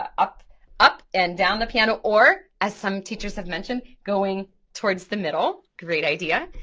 ah up up and down the piano or as some teachers have mentioned, going towards the middle, great idea.